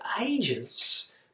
ages